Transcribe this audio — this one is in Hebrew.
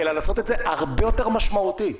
זה אפילו פוגע פחות.